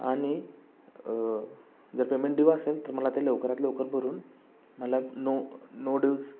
आणि जर payment due असेल तर मला ते लवकरात लवकर भरून मला नो नो ड्यूस